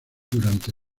durante